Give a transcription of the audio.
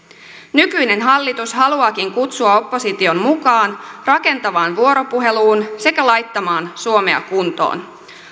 nykyinen hallitus haluaakin kutsua opposition mukaan rakentavaan vuoropuheluun sekä laittamaan suomea kuntoon